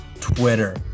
Twitter